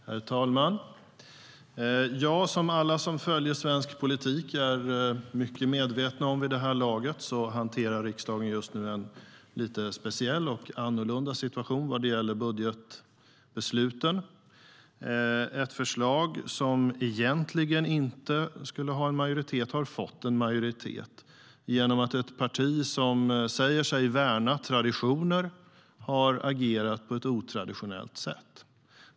Herr talman! Jag, som alla som följer svensk politik, är vid här laget mycket medveten om att riksdagen just nu hanterar en speciell och annorlunda situation när det gäller budgetbesluten. Ett förslag som egentligen inte skulle ha haft majoritet har fått majoritet genom att ett parti som säger sig värna traditioner har agerat på ett otraditionellt sätt.